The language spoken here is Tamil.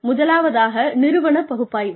முதலாவதாக நிறுவன பகுப்பாய்வு